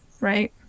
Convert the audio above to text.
right